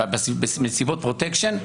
בגלל סיבות פרוטקשן,